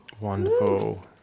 Wonderful